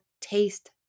taste